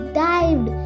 dived